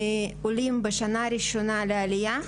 עולים בשנה הראשונה לעלייה,